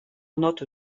note